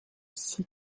six